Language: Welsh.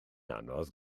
anodd